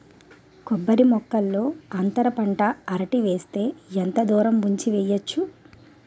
కొబ్బరి మొక్కల్లో అంతర పంట అరటి వేస్తే ఎంత దూరం ఉంచి వెయ్యొచ్చు?